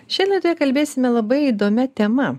šian laidoje kalbėsime labai įdomia tema